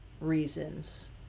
reasons